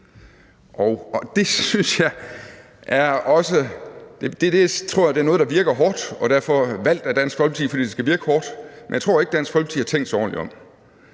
jeg er noget, der synes at være hårdt, og som derfor er valgt af Dansk Folkeparti, fordi det skal virke hårdt, men jeg tror ikke, Dansk Folkeparti har tænkt sig ordentligt om.